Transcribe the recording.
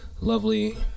Lovely